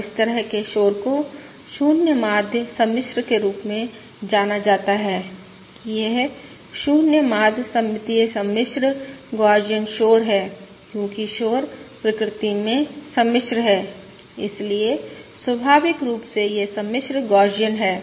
और इस तरह के शोर को 0 माध्य सम्मिश्र के रूप में जाना जाता है कि यह 0 माध्य सममितीय सम्मिश्र गौसियन शोर है क्योंकि शोर प्रकृति में सम्मिश्र है इसलिए स्वाभाविक रूप से यह सम्मिश्र गौसियन है